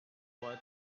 boy